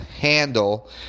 handle